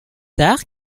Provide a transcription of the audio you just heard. tard